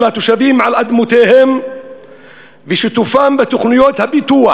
התושבים על אדמותיהם ושיתופם בתוכניות הפיתוח